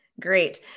Great